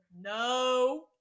No